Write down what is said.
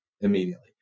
immediately